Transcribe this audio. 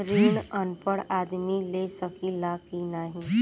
ऋण अनपढ़ आदमी ले सके ला की नाहीं?